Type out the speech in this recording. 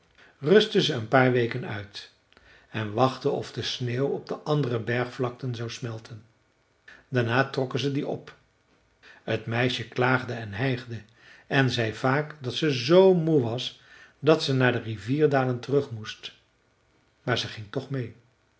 rustten ze een paar weken uit en wachtten of de sneeuw op de andere bergvlakten zou smelten daarna trokken ze die op t meisje klaagde en hijgde en zei vaak dat ze z moe was dat ze naar de rivierdalen terug moest maar ze ging toch meê